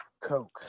Coke